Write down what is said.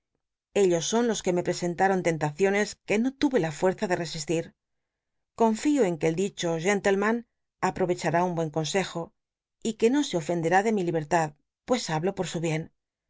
ellos son los que me presentaron tentaciones que no tu'c la fucrza de rcsitili r confio en que el dicho gentleman aprorcchará un buen consejo y que no se ofenderá de mi libertad pues hablo por su bien